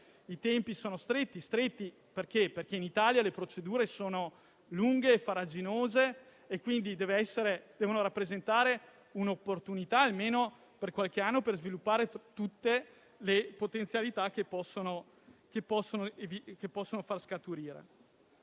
I tempi sono stretti perché in Italia le procedure sono lunghe e farraginose. Tali *bonus* devono quindi rappresentare un'opportunità almeno per qualche anno per sviluppare tutte le potenzialità che possono far scaturire.